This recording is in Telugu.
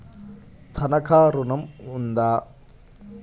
తనఖా ఋణం ఉందా?